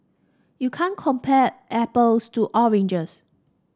you can't compare apples to oranges